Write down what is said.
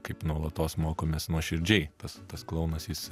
kaip nuolatos mokomės nuoširdžiai tas tas klounas jis